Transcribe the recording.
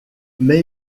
mais